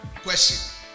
Question